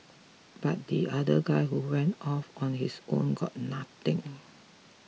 but the other guy who went off on his own got nothing